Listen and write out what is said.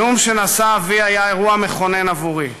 הנאום שנשא אבי היה אירוע מכונן עבורי.